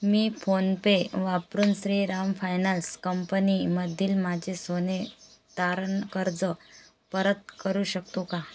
मी फोनपे वापरून Shriram finance company मधील माझे सोने तारण कर्ज परत करू शकतो का